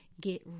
get